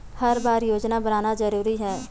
हर बार योजना बनाना जरूरी है?